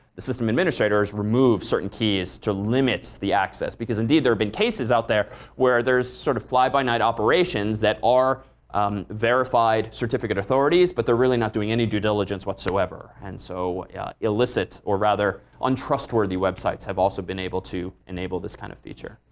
the system administrators, remove certain keys to limits the access. because, indeed, there have been cases out there where there's sort of fly by night operations that are verified certificate authorities but they're really not doing any due diligence whatsoever and so illicit or, rather, untrustworthy websites have also been able to enable this kind of feature.